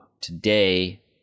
today